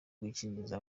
gukingiza